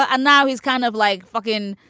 and now he's kind of like, fuckin.